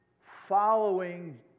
following